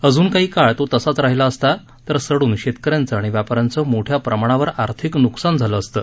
अजून काही काळ तो तसाच राहिला असता तर तो सडून शेतक यांचं आणि व्यापा यांचं मोठ्या प्रमाणावर आर्थिक नुकसान झालं असतं